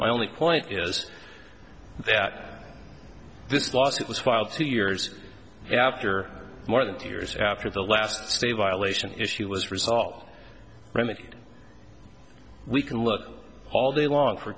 my only point is that this lawsuit was filed two years after more than two years after the last state violation issue was resolved remedied we can look all day long for